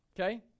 Okay